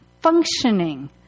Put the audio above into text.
functioning